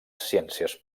ciències